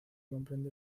comprende